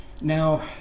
Now